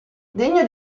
degno